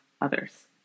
others